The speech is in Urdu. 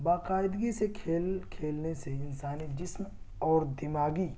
باقاعدگی سے کھیل کھیلنے سے انسانی جسم اور دماغی